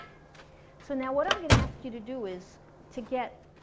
so now what i'm going to ask you to do is to get